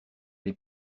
les